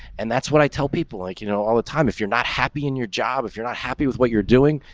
and that's what i tell people like, you know, all the time. if you're not happy in your job, if you're not happy with what you're doing,